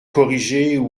corriger